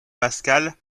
pascal